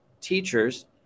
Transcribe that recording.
teachers